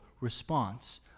response